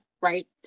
right